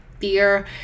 fear